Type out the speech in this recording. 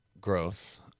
growth